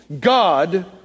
God